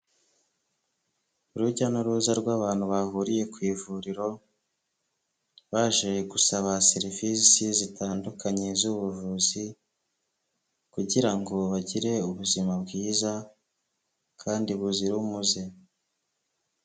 Urujya n'uruza rw'abantu bahuriye ku ivuriro, baje gusaba serivisi zitandukanye z'ubuvuzi kugira ngo bagire ubuzima bwiza kandi buzira umuze.